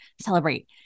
celebrate